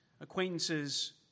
acquaintances